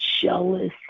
jealous